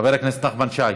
חבר הכנסת נחמן שי.